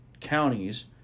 counties